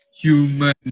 human